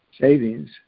savings